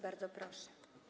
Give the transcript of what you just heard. Bardzo proszę.